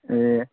ए